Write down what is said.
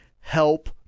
help